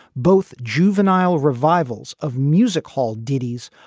both juvenile revivals of music hall ditties,